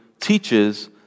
teaches